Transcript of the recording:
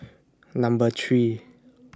Number three